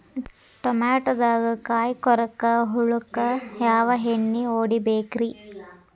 ಟಮಾಟೊದಾಗ ಕಾಯಿಕೊರಕ ಹುಳಕ್ಕ ಯಾವ ಎಣ್ಣಿ ಹೊಡಿಬೇಕ್ರೇ?